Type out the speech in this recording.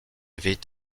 vit